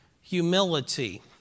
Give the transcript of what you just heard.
humility